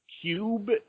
cube